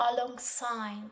alongside